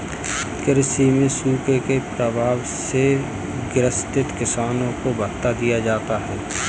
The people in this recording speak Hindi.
कृषि में सूखे के प्रभाव से ग्रसित किसानों को भत्ता दिया जाता है